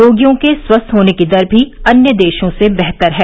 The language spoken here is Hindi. रोगियों के स्वस्थ होने की दर भी अन्य देशों से बेहतर है